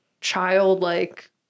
childlike